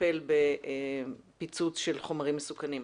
לטפל בפיצוץ של חומרים מסוכנים.